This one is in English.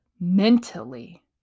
mentally